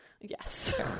Yes